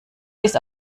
bis